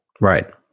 Right